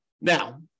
Now